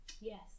yes